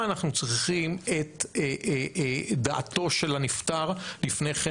אנחנו צריכים את דעתו של הנפטר לפני כן.